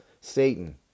Satan